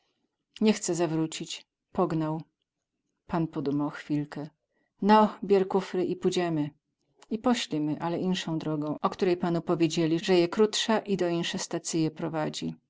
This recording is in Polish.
nie chce zawrócić pognał pan podumał chwilę no bier kufry i pódziemy i poślimy ale insą drogą o której panu powiedzieli ze je krótsa i do inse stacyje prowadzi